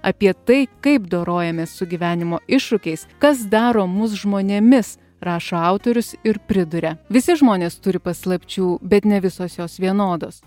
apie tai kaip dorojamės su gyvenimo iššūkiais kas daro mus žmonėmis rašo autorius ir priduria visi žmonės turi paslapčių bet ne visos jos vienodos